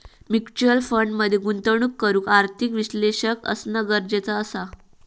mutual fund मध्ये गुंतवणूक करूक आर्थिक विश्लेषक असना गरजेचा असा